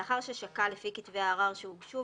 לאחר ששקל לפי כתבי הערר שהוגשו,